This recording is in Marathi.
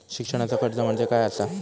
शिक्षणाचा कर्ज म्हणजे काय असा?